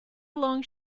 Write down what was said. long